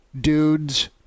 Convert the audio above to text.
dudes